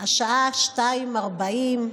השעה 02:40,